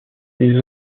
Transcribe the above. des